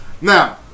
Now